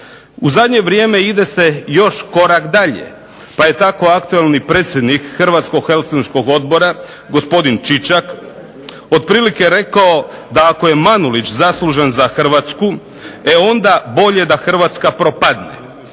U zadnje vrijeme ide se još korak dalje, pa je tako aktualni predsjednik Hrvatskog Helšinskog odbora gospodin Čičak otprilike rekao da ako je Manulić zaslužan za Hrvatsku, e onda bolje Hrvatska da propadne.